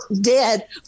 dead